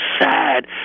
sad